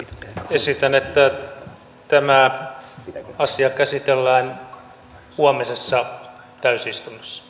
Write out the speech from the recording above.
esitän että tämä asia käsitellään huomisessa täysistunnossa